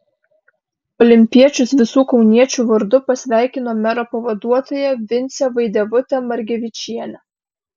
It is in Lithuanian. olimpiečius visų kauniečių vardu pasveikino mero pavaduotoja vincė vaidevutė margevičienė